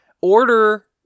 Order